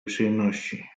przyjemności